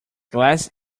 glass